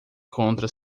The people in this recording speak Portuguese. contra